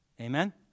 Amen